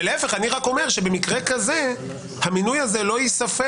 המינוי הזה לא ייספר